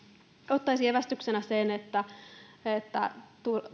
ottaisi evästyksenä sen että